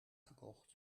gekocht